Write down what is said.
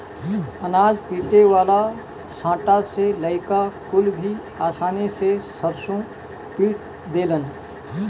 अनाज पीटे वाला सांटा से लईका कुल भी आसानी से सरसों पीट देलन